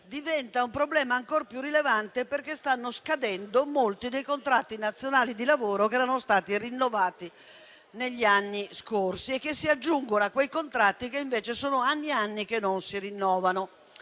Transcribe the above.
diventa ancor più rilevante, perché stanno scadendo molti dei contratti nazionali di lavoro che erano stati rinnovati negli anni scorsi e che si aggiungono a quei contratti che, invece, sono anni e anni che non si rinnovano.